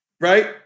Right